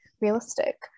realistic